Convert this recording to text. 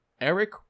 Eric